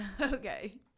Okay